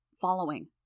Following